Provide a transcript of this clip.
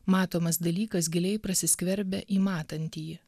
matomas dalykas giliai prasiskverbia į matantįjį